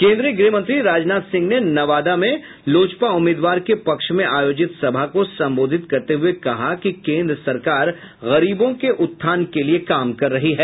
केंद्रीय गृह मंत्री राजनाथ सिंह ने नवादा में लोजपा उम्मीदवार के पक्ष में आयोजित सभा को संबोधित करते हुये कहा कि केंद्र सरकार गरीबों के उत्थान के लिये काम कर रही है